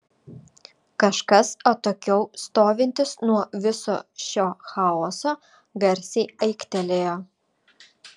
kažkas atokiau stovintis nuo viso šio chaoso garsiai aiktelėjo